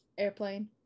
airplane